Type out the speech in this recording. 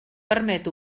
permet